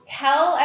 tell